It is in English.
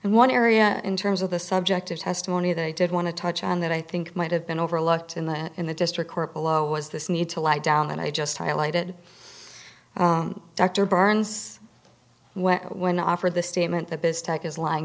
and one area in terms of the subjective testimony that he did want to touch on that i think might have been overlooked in the in the district court below was this need to lie down and i just highlighted dr burns well when i offered the statement